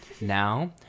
Now